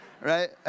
right